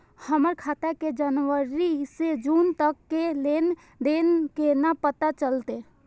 हमर खाता के जनवरी से जून तक के लेन देन केना पता चलते?